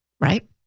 right